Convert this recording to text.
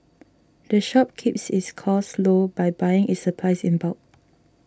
the shop keeps its costs low by buying its supplies in bulk